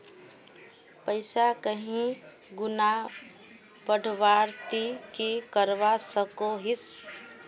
पैसा कहीं गुणा बढ़वार ती की करवा सकोहिस?